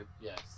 Yes